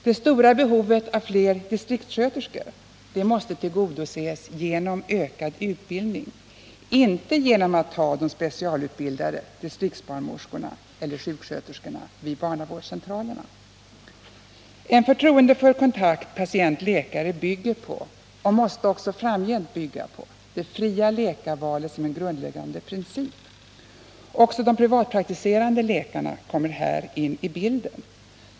Det stora behovet av fler distriktssköterskor måste tillgodoses genom ökad utbildning, inte genom att man tar de specialutbildade distriktsbarnmorskorna eller sjuksköterskorna vid barnavårdscentralerna. En förtroendefull kontakt patient-läkare bygger på — och måste också framgent bygga på — det fria läkarvalet som en grundläggande princip. Även de privatpraktiserande läkarna måste här in i bilden.